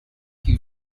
you